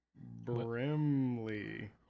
Brimley